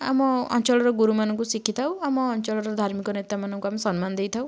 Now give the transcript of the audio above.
ଆମ ଅଞ୍ଚଳର ଗୁରୁମାନଙ୍କୁ ଶିଖିଥାଉ ଆମ ଅଞ୍ଚଳର ଧାର୍ମିକ ନେତାମାନଙ୍କୁ ଆମେ ସମ୍ମାନ ଦେଇଥାଉ